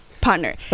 partner